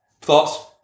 Thoughts